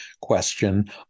question